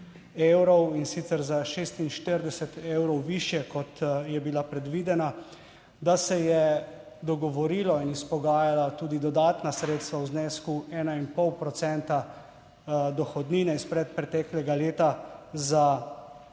in sicer za 46 evrov višje, kot je bila predvidena, da se je dogovorilo in izpogajala tudi dodatna sredstva v znesku ena in pol procenta dohodnine iz predpreteklega leta za